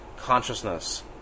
consciousness